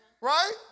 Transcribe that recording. right